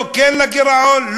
לא "כן לגירעון",